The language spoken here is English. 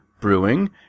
Brewing